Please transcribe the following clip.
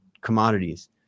commodities